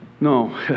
No